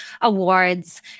awards